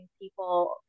people